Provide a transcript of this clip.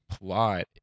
plot